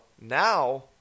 now